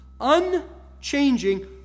unchanging